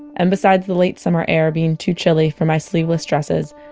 and besides the late summer air being too chilly for my sleeveless dresses,